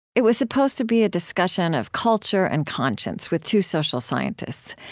it was supposed to be a discussion of culture and conscience with two social scientists.